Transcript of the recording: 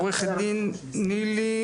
עו"ד נילי